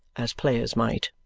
as players might.